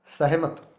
ਸਹਿਮਤ